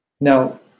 Now